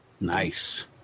Nice